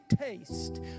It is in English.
taste